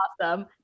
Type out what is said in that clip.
awesome